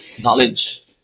knowledge